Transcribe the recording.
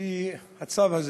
שהצו הזה,